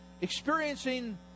experiencing